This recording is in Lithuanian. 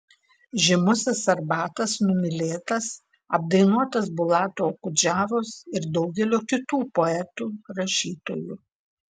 žymusis arbatas numylėtas apdainuotas bulato okudžavos ir daugelio kitų poetų rašytojų